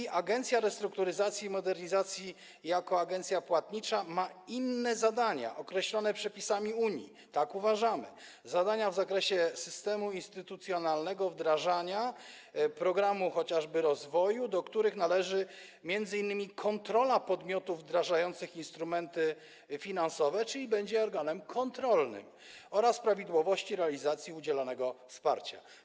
I Agencja Restrukturyzacji i Modernizacji Rolnictwa jako agencja płatnicza ma inne zadania określone przepisami Unii - tak uważamy - zadania w zakresie systemu instytucjonalnego wdrażania chociażby programu rozwoju, do których należy m.in. kontrola podmiotów wdrażających instrumenty finansowe - czyli będzie organem kontrolnym - oraz prawidłowości realizacji udzielanego wsparcia.